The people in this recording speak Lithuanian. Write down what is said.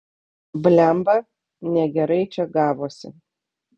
blemba negerai čia gavosi